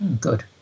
Good